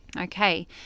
okay